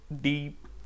deep